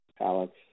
Alex